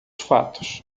fatos